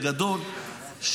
בגדול,